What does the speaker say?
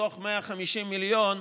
שמתוך 150 מיליון,